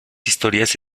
historias